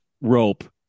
rope